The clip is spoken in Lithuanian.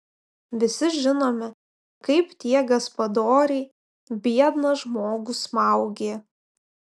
visi žinome kaip tie gaspadoriai biedną žmogų smaugė